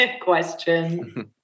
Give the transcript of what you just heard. question